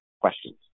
questions